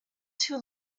too